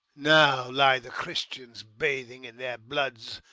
now lie the christians bathing in their bloods,